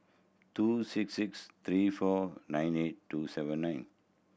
two six six three four nine eight two seven nine